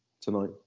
tonight